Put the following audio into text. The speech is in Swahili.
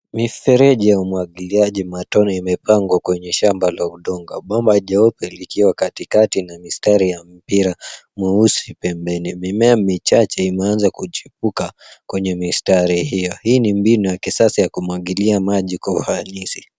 Mifereji ya umwagiliaji matone imepangwa kwenye shamba la udongo na bomba jeupe likiwa katikati na mistari ya mpira mweusi pembeni. Mimea michache imeanza kuchipuka kwenye mistari hio. Hii ni mbinu ya kisasa ya kumwagilia maji kwa uhalisi.